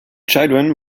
children